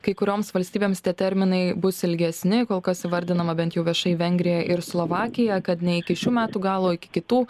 kai kurioms valstybėms tie terminai bus ilgesni kol kas įvardinama bent jau viešai vengrija ir slovakija kad ne iki šių metų galo o iki kitų